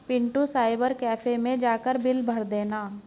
Pintu cyber cafe मैं जाकर bill भर देना